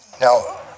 Now